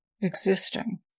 existing